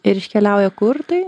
ir iškeliauja kur tai